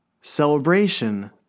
celebration